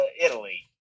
Italy